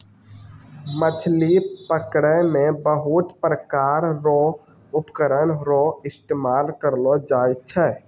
मछली पकड़ै मे बहुत प्रकार रो उपकरण रो इस्तेमाल करलो जाय छै